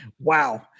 wow